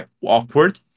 awkward